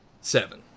seven